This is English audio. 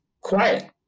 quiet